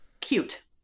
cute